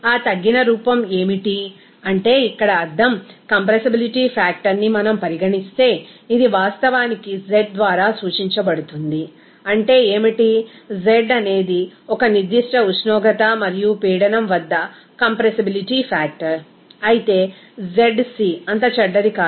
ఆ తగ్గిన రూపం ఏమిటి అంటే ఇక్కడ అర్థం కంప్రెసిబిలిటీ ఫ్యాక్టర్ని మనం పరిగణిస్తే ఇది వాస్తవానికి z ద్వారా సూచించబడుతుంది అంటే ఏమిటి z అనేది ఒక నిర్దిష్ట ఉష్ణోగ్రత మరియు పీడనం వద్ద కంప్రెసిబిలిటీ ఫ్యాక్టర్ అయితే zc అంత చెడ్డది కాదు